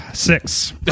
six